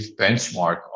benchmark